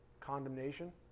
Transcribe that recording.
condemnation